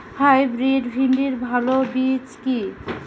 Hybrid ভিন্ডির ভালো বীজ কি?